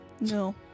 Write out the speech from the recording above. No